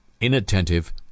inattentive